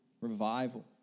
revival